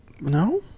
No